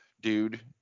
dude